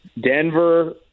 Denver